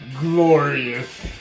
glorious